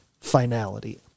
finality